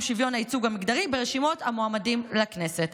שוויון הייצוג המגדרי ברשימות המועמדים לכנסת.